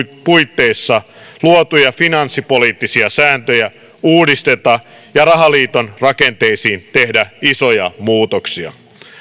puitteissa luotuja finanssipoliittisia sääntöjä uudisteta ja rahaliiton rakenteisiin tehdä isoja muutoksia